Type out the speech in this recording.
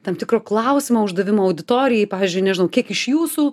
tam tikro klausimo uždavimo auditorijai pavyzdžiui nežinau kiek iš jūsų